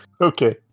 okay